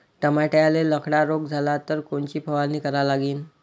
टमाट्याले लखड्या रोग झाला तर कोनची फवारणी करा लागीन?